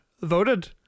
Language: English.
voted